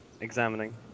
examining